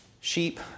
Sheep